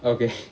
okay